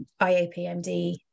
IAPMD